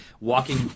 Walking